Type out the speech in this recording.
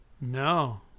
No